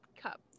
cup